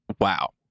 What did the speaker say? wow